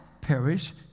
perish